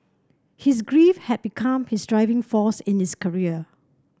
his grief had become his driving force in this career